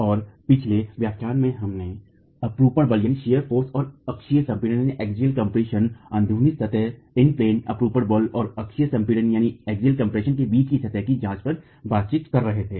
और पिछले व्याख्यान में हम अपरूपण बल और अक्षीय संपीड़न अन्ध्रुनी सतह अपरूपण बल और अक्षीय संपीड़न के बीच की सतह की जांच पर बातचीत कर रहे थे